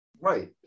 Right